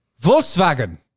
Volkswagen